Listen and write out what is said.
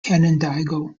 canandaigua